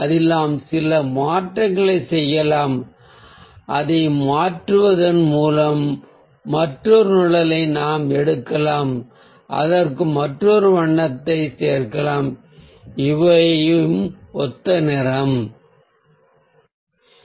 அதில் நாம் சில மாற்றங்களைச் செய்யலாம் அதை மாற்றுவதன் மூலம் மற்றொரு நிழலை நாம் எடுக்கலாம் அதற்கு மற்றொரு வண்ணத்தைச் சேர்க்கலாம் இவை ஒத்த வண்ண வரம்பாகும்